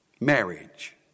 Marriage